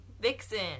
Vixen